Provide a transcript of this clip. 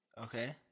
Okay